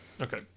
Okay